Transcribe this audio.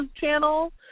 channel